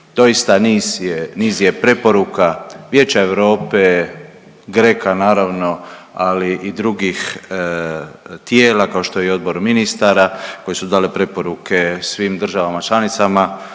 Doista, niz je preporuka Vijeća Europe, GRECO-a, naravno, ali i drugih tijela, kao što je i odbor ministara koji su dali preporuke svim državama članicama